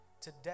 today